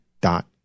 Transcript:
dot